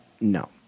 no